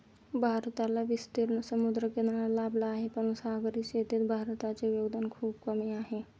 भारताला विस्तीर्ण समुद्रकिनारा लाभला आहे, पण सागरी शेतीत भारताचे योगदान खूप कमी आहे